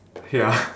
ya